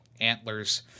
antlers